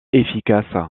efficace